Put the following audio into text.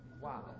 wow